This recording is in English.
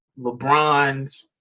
Lebrons